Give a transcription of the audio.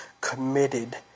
committed